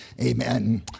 Amen